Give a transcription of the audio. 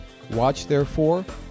WatchTherefore